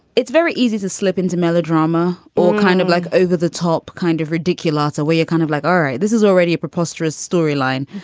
it's very easy to slip into melodrama. or kind of like over the top kind of ridiculous a way, you're kind of like, all right. this is already a preposterous storyline.